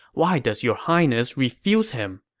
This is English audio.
why does your highness refuse him?